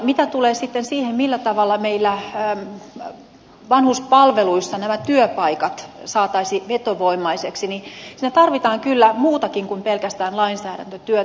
mitä tulee sitten siihen millä tavalla meillä vanhuspalveluissa työpaikat saataisiin vetovoimaisiksi niin siinä tarvitaan kyllä muutakin kuin pelkästään lainsäädäntötyötä